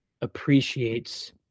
appreciates